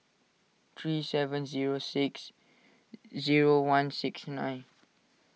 three seven zero six zero one six nine